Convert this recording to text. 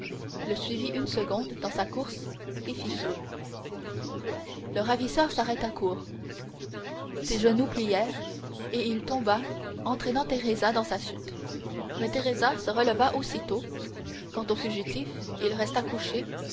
le suivit une seconde dans sa course et fit feu le ravisseur s'arrêta court ses genoux plièrent et il tomba entraînant teresa dans sa chute mais teresa se releva aussitôt quant au fugitif il resta couché